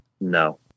No